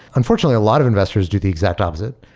unfortunately, a lot of investors do the exact opposite,